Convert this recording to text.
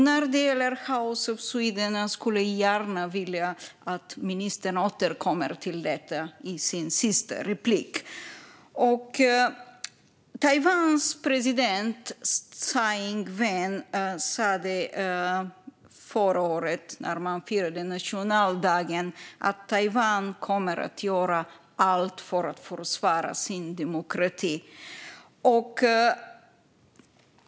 När det gäller House of Sweden skulle jag gärna vilja att ministern återkommer till detta i sin sista replik. Taiwans president Tsai Ing-wen sa förra året, när landet firade nationaldagen, att Taiwan kommer att göra allt för att försvara sin demokrati.